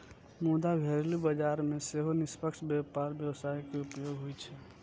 मुदा घरेलू बाजार मे सेहो निष्पक्ष व्यापार व्यवस्था के उपयोग होइ छै